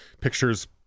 pictures